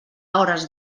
hores